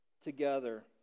together